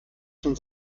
schon